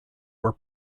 were